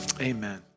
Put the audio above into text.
Amen